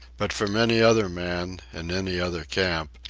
but from any other man, in any other camp,